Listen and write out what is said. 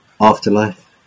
Afterlife